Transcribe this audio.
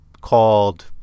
called